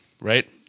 right